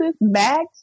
max